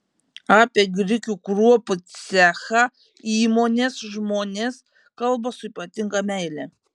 apie grikių kruopų cechą įmonės žmonės kalba su ypatinga meile